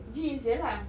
jeans jer lah